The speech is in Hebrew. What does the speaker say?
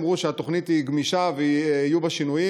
אמרו שהתוכנית גמישה ויהיו בה שינויים.